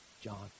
John